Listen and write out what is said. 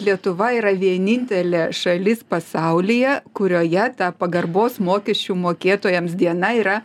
lietuva yra vienintelė šalis pasaulyje kurioje ta pagarbos mokesčių mokėtojams diena yra